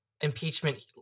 impeachment